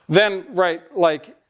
then, right, like,